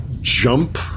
jump